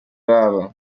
babo